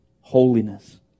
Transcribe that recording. Holiness